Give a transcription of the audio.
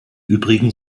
übrigen